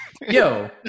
yo